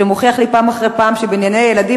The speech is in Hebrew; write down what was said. שמוכיח לי פעם אחר פעם שבענייני ילדים